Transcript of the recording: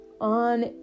on